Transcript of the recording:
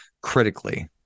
critically